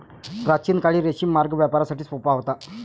प्राचीन काळी रेशीम मार्ग व्यापारासाठी सोपा होता